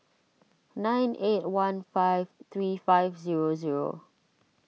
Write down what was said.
nine eight one five three five zero zero